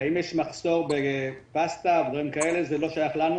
האם יש מחסור בפסטה ובדברים כאלה זה לא שייך לנו,